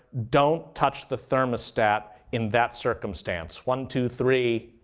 don't touch the thermostat in that circumstance? one, two, three.